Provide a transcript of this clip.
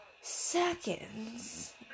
seconds